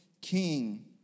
King